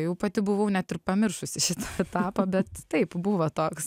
jau pati buvau net ir pamiršusi šitą etapą bet taip buvo toks